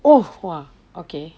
oh !wah! okay